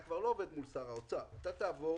אתה כבר לא עובד מול שר האוצר אלא תעבוד